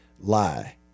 lie